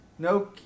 No